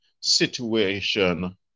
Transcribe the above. situation